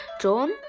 John